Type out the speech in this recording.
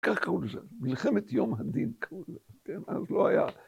‫כך קראו לזה, מלחמת יום הדין ‫קראו לזה, כן? אז לא היה...